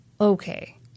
Okay